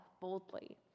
boldly